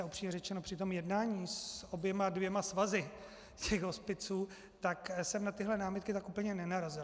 A upřímně řečeno při tom jednání s oběma dvěma svazy těch hospiců jsem na tyhle námitky tak úplně nenarazil.